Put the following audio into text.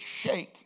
shake